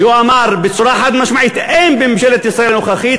והוא אמר בצורה חד-משמעית: אין בממשלת ישראל הנוכחית